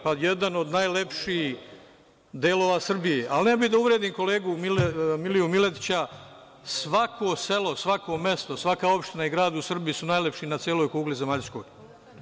Pa, jedan od najlepših delova Srbije, ali ne bih da uvredim kolegu Miliju Miletića, svako selo, svako mesto, svaka opština i grad u Srbiji su najlepši na celoj kugli zemaljskoj.